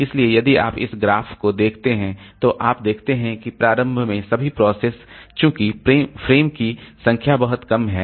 इसलिए यदि आप इस ग्राफ को देखते हैं तो आप देखते हैं कि प्रारंभ में सभी प्रोसेस चूंकि फ्रेम की संख्या बहुत कम हैं